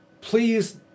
Please